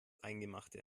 eingemachte